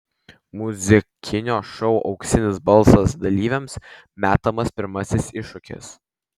muzikinio šou auksinis balsas dalyviams metamas pirmasis iššūkis